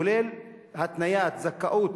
כולל התניית זכאות